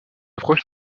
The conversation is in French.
approche